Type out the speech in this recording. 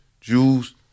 Jews